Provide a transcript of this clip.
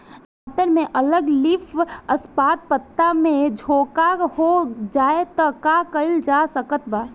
टमाटर में अगर लीफ स्पॉट पता में झोंका हो जाएँ त का कइल जा सकत बा?